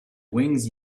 wings